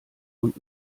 und